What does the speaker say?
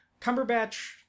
cumberbatch